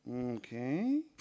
okay